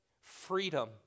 freedom